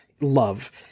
love